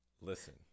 listen